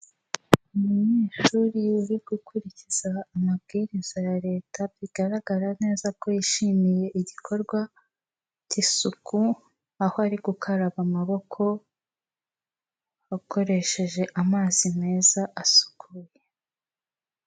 Umunyeshuri uri gukurikiza amabwiriza ya Leta, bigaragara neza ko yishimiye igikorwa cy'isuku, aho ari gukaraba amaboko akoresheje amazi meza, asukuye.